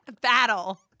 battle